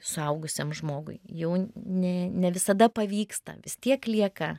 suaugusiam žmogui jau ne ne visada pavyksta vis tiek lieka